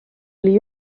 oli